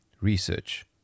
research